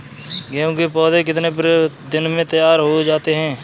गेहूँ के पौधे कितने दिन में तैयार हो जाते हैं?